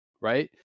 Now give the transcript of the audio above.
right